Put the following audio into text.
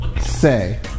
say